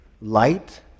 light